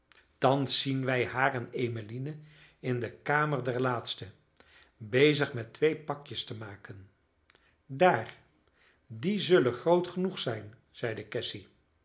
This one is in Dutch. thans zien wij haar en emmeline in de kamer der laatste bezig met twee pakjes te maken daar die zullen groot genoeg zijn zeide